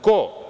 Ko?